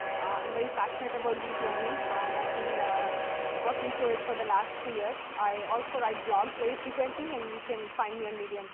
i'm very passionate about deep learning, and i've been ah ah working through it for the last three years. i also write blogs very frequently, and you can find me on medium